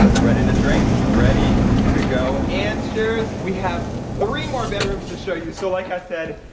ready to drink. ready to go. and sharers, we have three more bedrooms to show you. so like i said,